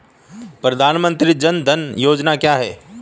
प्रधानमंत्री जन धन योजना क्या है?